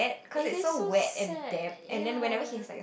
eh that's so sad ya